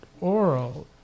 oral